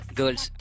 girls